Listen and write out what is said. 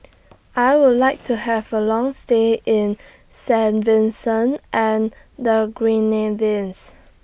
I Would like to Have A Long stay in Saint Vincent and The Grenadines